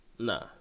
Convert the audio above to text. Nah